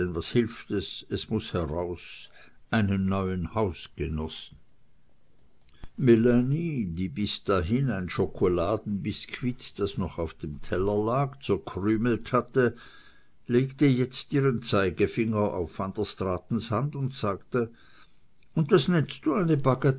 was hilft es es muß heraus einen neuen hausgenossen melanie die bis dahin ein schokoladenbiskuit das noch auf dem teller lag zerkrümelt hatte legte jetzt ihren zeigefinger auf van der straatens hand und sagte und das nennst du eine